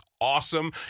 awesome